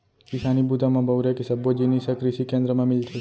किसानी बूता म बउरे के सब्बो जिनिस ह कृसि केंद्र म मिलथे